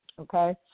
Okay